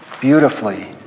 beautifully